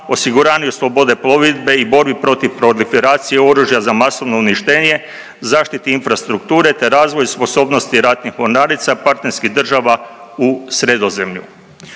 osiguranju slobode plovidbe i borbi protiv …/Govornik se ne razumije./… oružja za masovno uništenje, zaštiti infrastrukture te razvoj sposobnosti ratnih mornarica, partnerskih država u Sredozemlju.